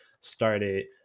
started